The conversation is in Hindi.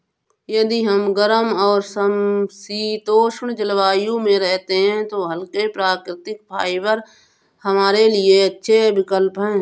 यदि हम गर्म और समशीतोष्ण जलवायु में रहते हैं तो हल्के, प्राकृतिक फाइबर हमारे लिए सबसे अच्छे विकल्प हैं